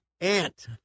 Ant